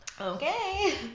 Okay